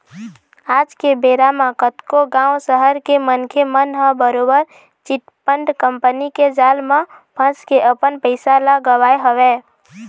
आज के बेरा म कतको गाँव, सहर के मनखे मन ह बरोबर चिटफंड कंपनी के जाल म फंस के अपन पइसा ल गवाए हवय